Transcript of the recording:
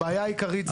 הבעיה העיקרית זה זה.